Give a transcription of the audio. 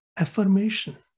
affirmation